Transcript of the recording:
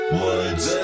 words